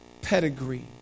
pedigree